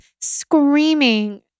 screaming